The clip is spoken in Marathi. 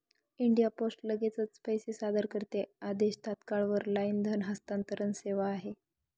इंडिया पोस्ट लगेचच पैसे सादर करते आदेश, तात्काळ वर लाईन धन हस्तांतरण सेवा आहे